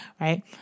Right